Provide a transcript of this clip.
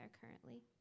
currently